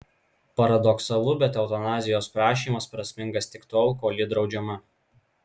paradoksalu bet eutanazijos prašymas prasmingas tik tol kol ji draudžiama